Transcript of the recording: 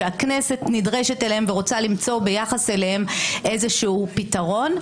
שהכנסת נדרשת אליהם ורוצה למצוא ביחס אליהם איזה פתרון.